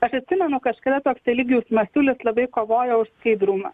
aš atsimenu kažkada toks eligijus masiulis labai kovojo už skaidrumą